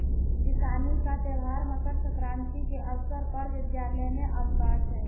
किसानी का त्यौहार मकर सक्रांति के अवसर पर विद्यालय में अवकाश है